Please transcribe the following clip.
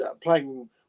playing